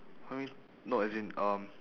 no as in um